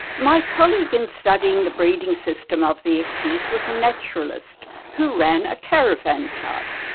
my colleague in studying the breeding system of the ecdies was a naturalist who ran a caravan park,